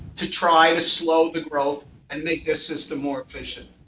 to try to slow the growth and make this system more efficient.